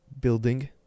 building